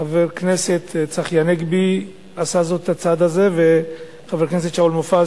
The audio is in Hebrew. חבר הכנסת צחי הנגבי עשה את הצעד הזה וחבר הכנסת שאול מופז,